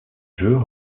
jeux